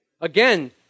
Again